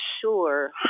sure